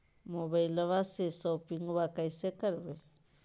मोबाइलबा से शोपिंग्बा कैसे करबै?